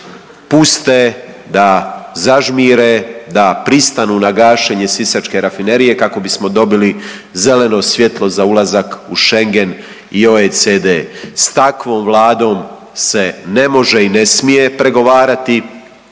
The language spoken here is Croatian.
puste, da zažmire, da pristanu na gašenje Sisačke rafinerije kako bismo dobili zeleno svjetlo za ulazak u Schengen i OECD, s takvom Vladom se ne može i ne smije pregovarati